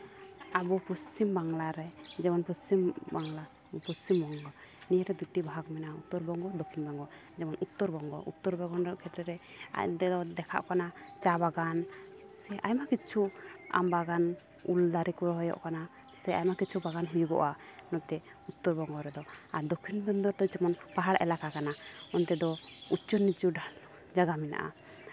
ᱟᱵᱚ ᱯᱚᱥᱪᱤᱢᱵᱟᱝᱞᱟ ᱨᱮ ᱡᱮᱢᱚᱱ ᱯᱚᱥᱪᱤᱢᱵᱟᱝᱞᱟ ᱯᱚᱥᱪᱤᱢᱵᱚᱝᱜᱚ ᱱᱤᱭᱟᱹᱨᱮ ᱫᱩᱴᱤ ᱵᱷᱟᱜᱽ ᱢᱮᱱᱟᱜᱼᱟ ᱩᱛᱛᱚᱨ ᱵᱚᱝᱜᱚ ᱫᱚᱠᱠᱷᱤᱱ ᱵᱚᱜᱝᱚ ᱡᱮᱢᱚᱱ ᱩᱛᱛᱚᱨ ᱵᱚᱝᱜᱚ ᱩᱛᱛᱚᱨ ᱵᱚᱝᱜᱚ ᱠᱷᱮᱛᱨᱮ ᱫᱮᱠᱷᱟᱜ ᱠᱟᱱᱟ ᱪᱟ ᱵᱟᱜᱟᱱ ᱥᱮ ᱟᱭᱢᱟ ᱠᱤᱪᱷᱩ ᱟᱢ ᱵᱟᱜᱟᱱ ᱩᱞ ᱫᱟᱨᱮ ᱠᱚ ᱨᱚᱦᱚᱭᱚᱜ ᱠᱟᱱᱟ ᱥᱮ ᱟᱭᱢᱟ ᱠᱤᱪᱷᱩ ᱵᱟᱜᱟᱱ ᱦᱩᱭᱩᱜᱚᱜᱼᱟ ᱱᱚᱛᱮ ᱩᱛᱛᱚᱨ ᱵᱚᱝᱜᱚ ᱨᱮᱫᱚ ᱟᱨ ᱫᱚᱠᱠᱷᱤᱱ ᱵᱚᱝᱜᱚ ᱡᱮᱢᱚᱱ ᱯᱟᱦᱟᱲ ᱮᱞᱟᱠᱟ ᱠᱟᱱᱟ ᱚᱱᱛᱮ ᱫᱚ ᱩᱪᱩ ᱱᱤᱪᱩ ᱡᱟᱭᱜᱟ ᱢᱮᱱᱟᱜᱼᱟ